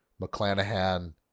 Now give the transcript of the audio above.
McClanahan